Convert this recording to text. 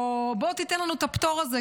או: בוא תן לנו את הפטור הזה,